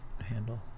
handle